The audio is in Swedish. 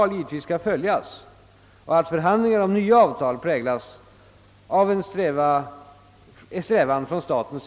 miska mellanhavanden mellan luftfarts